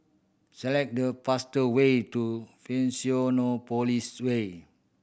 select the faster way to Fusionopolis Way